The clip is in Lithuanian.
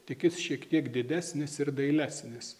tik jis šiek tiek didesnis ir dailesnis